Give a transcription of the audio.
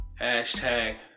hashtag